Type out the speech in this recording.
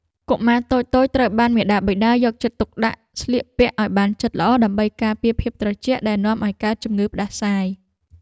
កុមារតូចៗត្រូវបានមាតាបិតាយកចិត្តទុកដាក់ស្លៀកពាក់ឱ្យបានជិតល្អដើម្បីការពារភាពត្រជាក់ដែលនាំឱ្យកើតជំងឺផ្ដាសាយ។